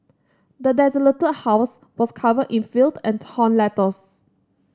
the desolated house was covered in filth and torn letters